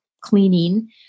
cleaning